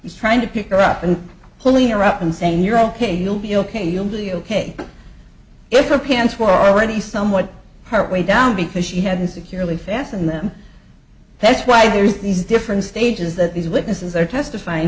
he's trying to pick her up and pulling are up and saying you're ok you'll be ok you'll be ok if her pants were already somewhat part way down because she had securely fastened them that's why there's these different stages that these witnesses are testifying